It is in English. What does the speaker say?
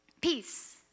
Peace